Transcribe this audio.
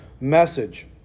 message